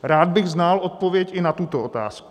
Rád bych znal odpověď i na tuto otázku.